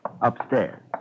Upstairs